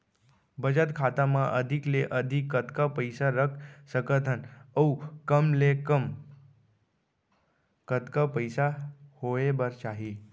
बचत खाता मा अधिक ले अधिक कतका पइसा रख सकथन अऊ कम ले कम कतका पइसा होय बर चाही?